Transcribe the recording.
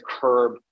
curb